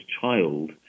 child